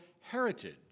heritage